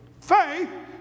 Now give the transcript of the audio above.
faith